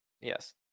yes